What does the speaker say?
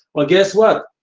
well, guess what?